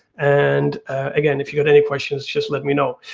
and again if you've got any questions just let me know.